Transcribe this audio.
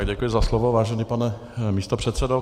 Děkuji za slovo, vážený pane místopředsedo.